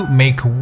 make